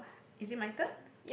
is it my turn